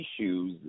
issues